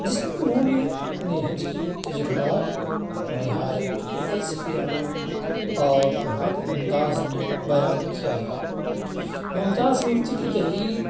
جس میں انہوں نے اپنے حج کی تجربات کو نہایت فلسفیانہ اور روحانی انداز میں بیان کیا ہے ممتاز مفتی کی تحریر